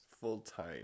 full-time